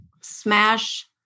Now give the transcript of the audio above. SMASH